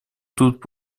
тут